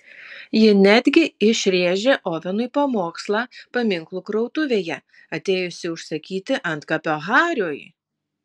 ji netgi išrėžė ovenui pamokslą paminklų krautuvėje atėjusi užsakyti antkapio hariui